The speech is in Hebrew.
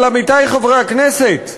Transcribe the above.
אבל, עמיתי חברי הכנסת,